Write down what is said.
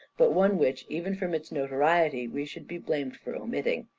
but one which, even from its notoriety, we should be blamed for omitting.